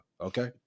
Okay